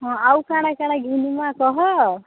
ହଁ ଆଉ କା'ଣା କା'ଣା ଘିନ୍ମା କହ